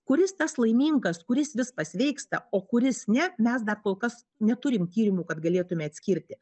kuris tas laimingas kuris vis pasveiksta o kuris ne mes dar kol kas neturim tyrimų kad galėtume atskirti